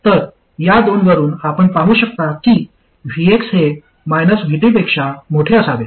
तर या दोन वरुन आपण पाहू शकता की VX हे VT पेक्षा मोठे असावे